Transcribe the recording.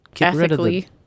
ethically